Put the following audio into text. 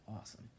awesome